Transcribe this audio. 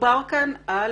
דובר כאן על